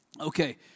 Okay